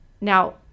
Now